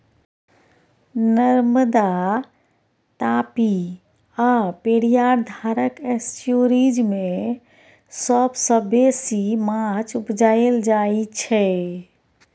नर्मदा, तापी आ पेरियार धारक एस्च्युरीज मे सबसँ बेसी माछ उपजाएल जाइ छै